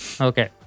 Okay